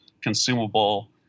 consumable